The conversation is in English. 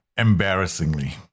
embarrassingly